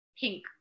pink